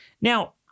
Now